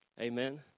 Amen